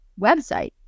website